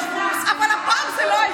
אבל הפעם זו לא הייתי אני.